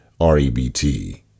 REBT